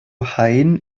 hein